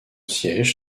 siège